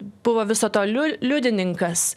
buvo viso to liu liudininkas